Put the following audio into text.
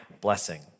blessing